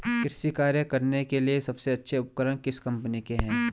कृषि कार्य करने के लिए सबसे अच्छे उपकरण किस कंपनी के हैं?